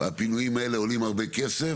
והפינויים האלה עולים הרבה כסף,